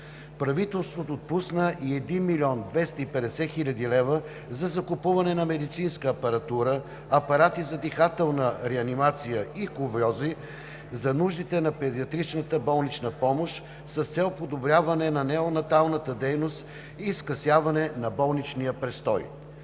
Правителството отпусна 1 млн. 250 хил. лв. за закупуване на медицинска апаратура, апарати за дихателна реанимация и кувьози за нуждите на педиатричната болнична помощ с цел подобряване на неонаталната дейност и скъсяване на болничния престой.